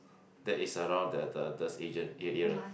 that is around the the the Asian area